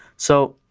so